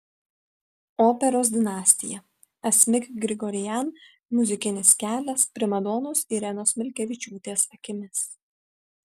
operos dinastija asmik grigorian muzikinis kelias primadonos irenos milkevičiūtės akimis